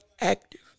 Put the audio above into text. active